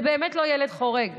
זה באמת לא ילד חורג,